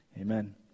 Amen